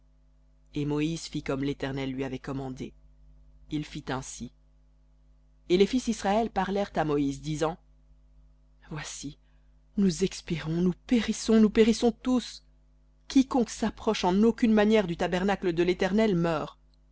et moïse fit comme l'éternel lui avait commandé il fit ainsi et les fils d'israël parlèrent à moïse disant voici nous expirons nous périssons nous périssons tous quiconque s'approche en aucune manière du tabernacle de l'éternel meurt